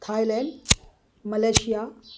Thai land Malaysia